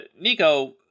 Nico